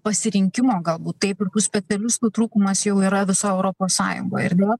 pasirinkimo galbūt taip ir tų specialistų trūkumas jau yra visoj europos sąjungoj ar ne